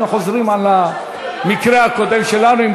חוזרים על המקרה הקודם שלנו.